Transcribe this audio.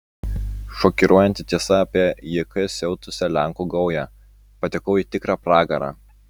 šokiruojanti tiesa apie jk siautusią lenkų gaują patekau į tikrą pragarą